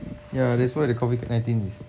yeah that's why the COVID nineteen